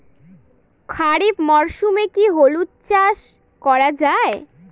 খরিফ মরশুমে কি হলুদ চাস করা য়ায়?